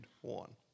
one